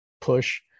push